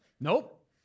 Nope